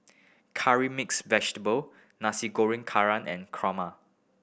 Curry Mixed Vegetable Nasi Goreng Kerang and kurma